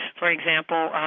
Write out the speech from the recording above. for example,